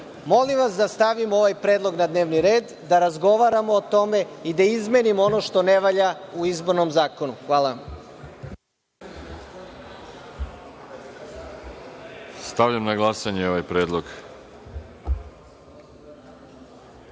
vas da stavimo ovaj predlog na dnevni red, da razgovaramo o tome i da izmenimo ono što ne valja u izbornom zakonu. Hvala vam. **Veroljub Arsić** Stavljam na glasanje ovaj predlog. Molim